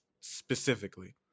specifically